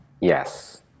Yes